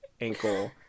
ankle